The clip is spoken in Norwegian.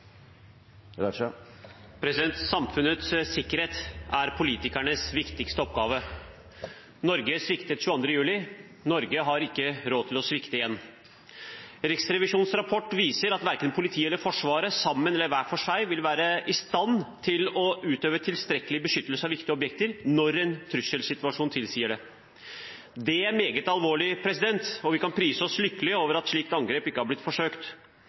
politikernes viktigste oppgave. Norge sviktet den 22. juli. Norge har ikke råd til å svikte igjen. Riksrevisjonens rapport viser at verken politiet eller Forsvaret sammen eller hver for seg vil være i stand til å utøve tilstrekkelig beskyttelse av viktige objekter når en trusselsituasjon tilsier det. Det er meget alvorlig, og vi kan prise oss lykkelig over at et slikt angrep ikke har blitt forsøkt.